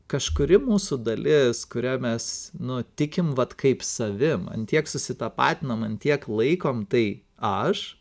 kažkuri mūsų dalis kurią mes nu tikim vat kaip savim ant tiek susitapatina man tiek laikom tai aš